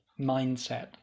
mindset